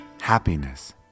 happiness